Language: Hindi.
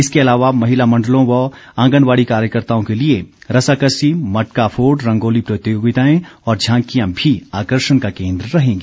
इसके अलावा महिला मण्डलों व आंगनबाड़ी कार्यकर्ताओं के लिए रस्साकस्सी मटकाफोड़ रंगोली प्रतियोगिताएं और झांकियां भी आकर्षण का केन्द्र रहेंगी